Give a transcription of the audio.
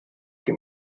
que